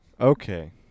Okay